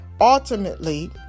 ultimately